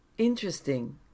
Interesting